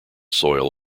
soil